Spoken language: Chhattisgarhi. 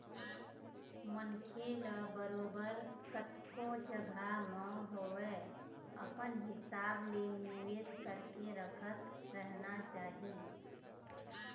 मनखे ल बरोबर कतको जघा म होवय अपन हिसाब ले निवेश करके रखत रहना चाही